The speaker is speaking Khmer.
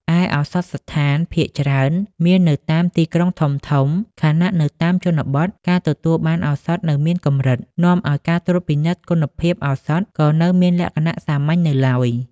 ឯឱសថស្ថានភាគច្រើនមាននៅតាមទីក្រុងធំៗ ខណៈនៅតាមជនបទ ការទទួលបានឱសថនៅមានកម្រិត នាំឱ្យការត្រួតពិនិត្យគុណភាពឱសថក៏នៅមានលក្ខណៈសាមញ្ញនៅឡើយ។